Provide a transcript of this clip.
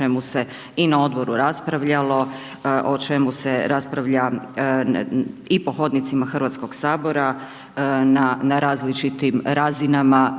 Hrvatskoga sabora.